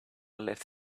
left